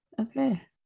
Okay